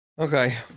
Okay